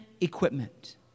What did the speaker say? equipment